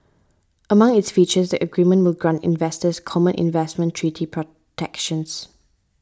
among its features the agreement will grant investors common investment treaty protections